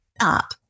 up